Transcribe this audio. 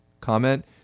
Comment